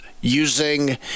using